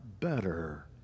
better